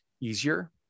easier